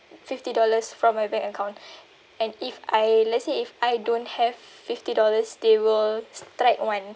fifty dollars from my bank account and if I let's say if I don't have fifty dollars they will strike one